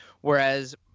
Whereas